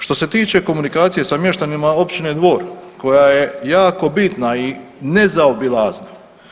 Što se tiče komunikacije sa mještanima općine Dvor koja je jako bitna i nezaobilazna.